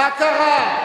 מה קרה?